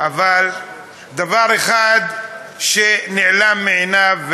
אבל דבר אחד נעלם מעיניו.